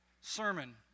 sermon